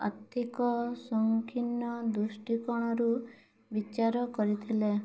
ଆର୍ଥିକ ସଂକୀର୍ଣ୍ଣ ଦୃଷ୍ଟିକୋଣରୁ ବିଚାର କରିଥିଲେ